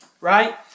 Right